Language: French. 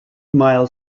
mile